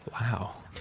Wow